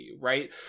right